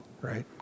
right